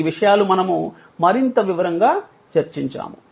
ఈ విషయాలు మనము మరింత వివరంగా చర్చించాము